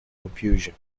confusion